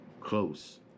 close